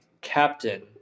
captain